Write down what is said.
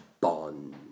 bond